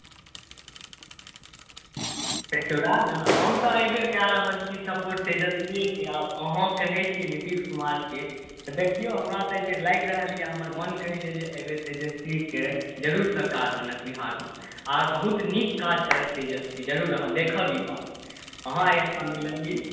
देखियौ वएह ने हम तऽ एहिबेर कऽ रहल छी सपोर्ट तेजस्वीएकेँ आब अहाँ कहै छी नीतीश कुमारके तऽ देखियौ हमरा तऽ एहिबेर लागि रहल यऽ हमर मन कहैया जे एहिबेर तेजस्वीके जरूर सरकार बनत बिहारमे आर बहुत नीक काज करत तेजस्वी जरूर अहाँ देखब ई बात अहाँ एहिठाम मिललियै